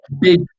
big